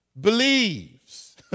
believes